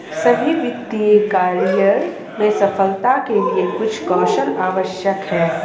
सभी वित्तीय करियर में सफलता के लिए कुछ कौशल आवश्यक हैं